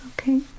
Okay